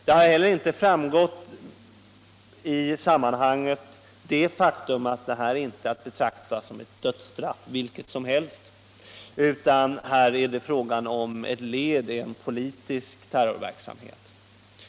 Det har heller inte framgått i sammanhanget att de fall det nu gäller inte är att betrakta som dödsstraff vilka som helst utan att det är fråga om ett led i en politisk terrorverksamhet.